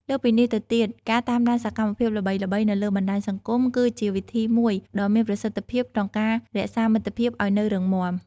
លើសពីនេះទៅទៀត ការតាមដានសកម្មភាពល្បីៗនៅលើបណ្ដាញសង្គមគឺជាវិធីមួយដ៏មានប្រសិទ្ធភាពក្នុងការរក្សាមិត្តភាពឲ្យនៅរឹងមាំ។